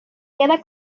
queda